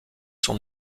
son